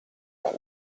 auch